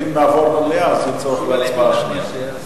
אם נעבור במליאה אז אין צורך בהצבעה שנייה.